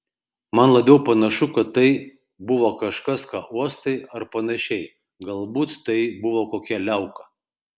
man labiau panašu kad tai buvo kažkas ką uostai ar panašiai galbūt tai buvo kokia liauka